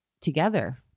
together